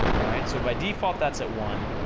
alright? so by default that's at one,